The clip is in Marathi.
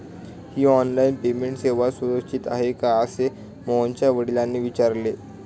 ही ऑनलाइन पेमेंट सेवा सुरक्षित आहे का असे मोहनच्या वडिलांनी विचारले